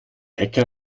hacker